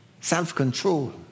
Self-control